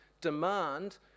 demand